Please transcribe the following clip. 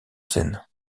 scène